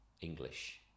English